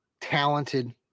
talented